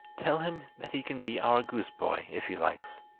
tell him that he can be our goose-boy if he likes